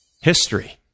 History